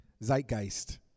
zeitgeist